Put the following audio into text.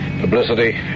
Publicity